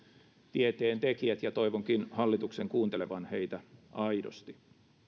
tieteentekijät ja toivonkin hallituksen kuuntelevan heitä aidosti